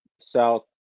south